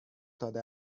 داده